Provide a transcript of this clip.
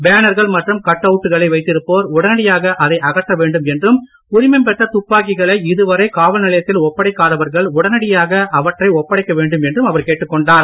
பேனர்கள் மற்றும் கட்டவுட்களை வைத்திருப்போர் உடனடியாக அதை அகற்ற வேண்டும் என்றும் உரிமம் பெற்ற துப்பாக்கிகளை இதுவரை காவல்நிலையத்தில் ஒப்படைக்காதவர்கள் உடனடியாக ஒப்படைக்க வேண்டும் என்றும் அவர் கேட்டுக்கொண்டார்